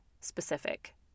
specific